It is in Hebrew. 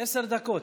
עשר דקות.